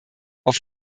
auf